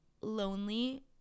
lonely